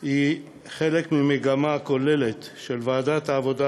היא חלק ממגמה כוללת של ועדת העבודה,